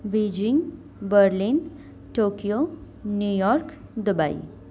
Beijing Berlin Tokyo New York Dubai